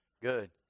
Good